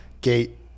gate